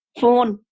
phone